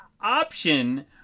option